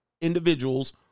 individuals